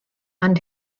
and